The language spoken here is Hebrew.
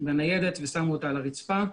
מהניידת ושמו אותה על הרצפה.